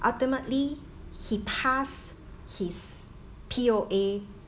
ultimately he passed his P_O_A